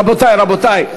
רבותי,